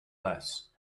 less